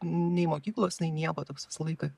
nei mokyklos nei nieko toks visą laiką